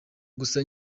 gusa